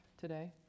today